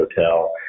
Hotel